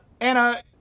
Anna